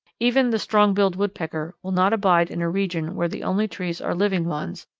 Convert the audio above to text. even the strong-billed woodpecker will not abide in a region where the only trees are living ones,